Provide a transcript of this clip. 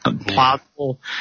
plausible